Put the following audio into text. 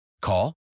Call